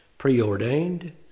preordained